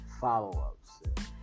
follow-ups